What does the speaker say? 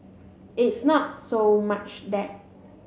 it's not so much that